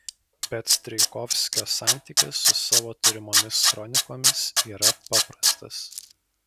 bet strijkovskio santykis su savo turimomis kronikomis yra paprastas